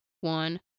one